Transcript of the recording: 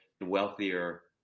wealthier